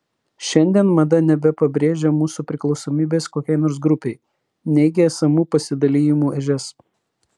šiandien mada nebepabrėžia mūsų priklausomybės kokiai nors grupei neigia esamų pasidalijimų ežias